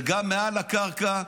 היא גם מעל הקרקע,